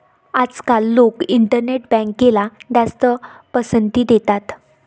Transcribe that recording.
आजकाल लोक इंटरनेट बँकला जास्त पसंती देतात